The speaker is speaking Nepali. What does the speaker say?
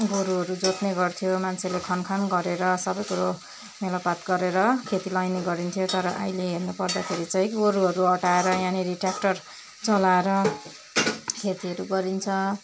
गोरुहरू जोत्ने गर्थ्यो मान्छेले खन खान गरेर सबैकुरो मेलापात गरेर खेती लगाइने गरिन्थ्यो तर आइले हेर्नु पर्दाखेरि चाहिँ गोरुहरू हटाएर यहाँ ट्रयाक्टर चलाएर खेतीहरू गरिन्छ